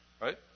Right